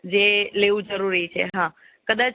જે લેવું જરૂરી છે હાં કદાચ